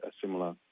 similar